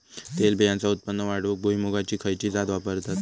तेलबियांचा उत्पन्न वाढवूक भुईमूगाची खयची जात वापरतत?